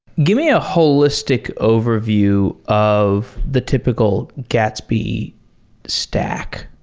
give me a holistic overview of the typical gatsby stack.